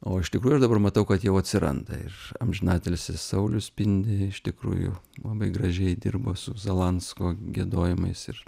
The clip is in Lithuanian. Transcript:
o iš tikrųjų aš dabar matau kad jau atsiranda ir amžinatilsį saulius spindi iš tikrųjų labai gražiai dirba su zalansko giedojimais ir